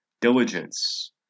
Diligence